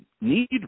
need